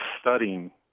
studying